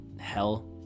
hell